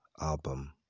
album